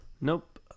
Nope